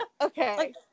Okay